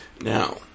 Now